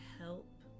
help